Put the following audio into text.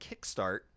Kickstart